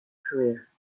career